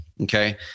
Okay